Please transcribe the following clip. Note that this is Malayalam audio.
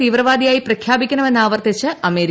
തീവ്രവാദിയായി പ്രഖ്യാപിക്കണമെന്ന് ആവർത്തിച്ച് അമേരിക്ക